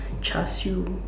char-siew